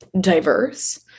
diverse